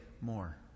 more